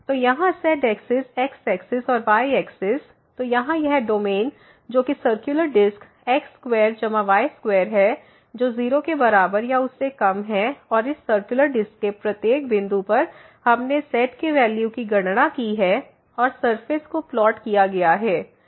तो यहाँ z axis x axis और y एक्सिस तो यहाँ यह डोमेन जो कि सर्कुलर डिस्क x स्क्वेयर जमा y स्क्वेयर है जो 0 के बराबर या उससे कम है और इस सर्कुलर डिस्क के प्रत्येक बिंदु पर हमने z के वैल्यू की गणना की है और सरफेस को प्लॉट किया गया है